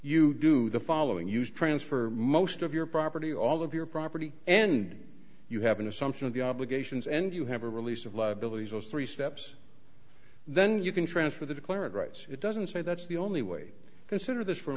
you do the following used transfer most of your property all of your property and you have an assumption of the obligations and you have a release of liabilities those three steps then you can transfer the declare of rights it doesn't say that's the only way this sort of this f